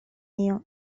нее